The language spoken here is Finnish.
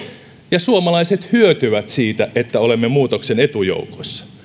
ja suomalaiset hyötyvät siitä että olemme muutoksen etujoukoissa